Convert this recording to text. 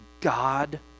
God